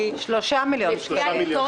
3 מיליון שקלים.